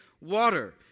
water